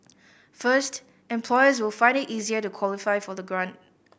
first employers will find it easier to qualify for the grant